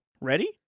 Ready